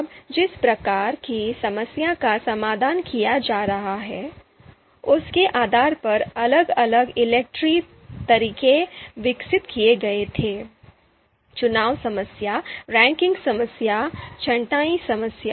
अब जिस प्रकार की समस्या का समाधान किया जा रहा है उसके आधार पर अलग अलग ELECTRE तरीके विकसित किए गए थे चुनाव समस्या रैंकिंग समस्या छँटाई समस्या